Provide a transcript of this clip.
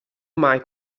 mai